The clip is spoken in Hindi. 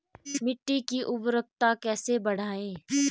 मिट्टी की उर्वरकता कैसे बढ़ायें?